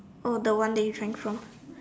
oh the one that you drank from